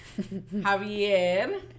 Javier